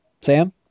Sam